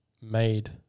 made